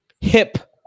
hip